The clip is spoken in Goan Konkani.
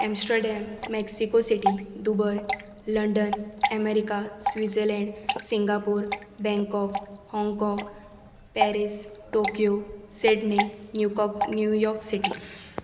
Amsterdam Mexico City Dubai London America Switzerland Singapore Bangkok Hong काँग Paris Tokyo Sydney New York city